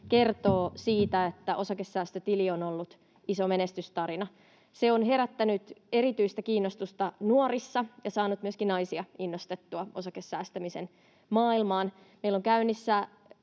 kertoo siitä, että osakesäästötili on ollut iso menestystarina. Se on herättänyt erityistä kiinnostusta nuorissa ja saanut myöskin naisia innostettua osakesäästämisen maailmaan. Meillä on käynnissä